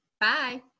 Bye